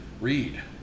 read